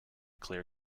clear